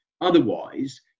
otherwise